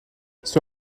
sur